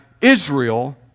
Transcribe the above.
Israel